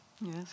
Yes